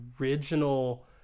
original